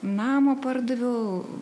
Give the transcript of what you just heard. namo pardaviau